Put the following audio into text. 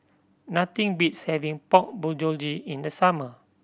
nothing beats having Pork Bulgogi in the summer